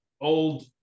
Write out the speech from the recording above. old